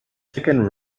second